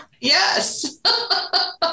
Yes